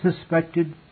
suspected